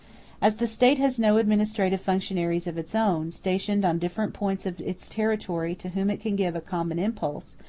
as the state has no administrative functionaries of its own, stationed on different points of its territory, to whom it can give a common impulse,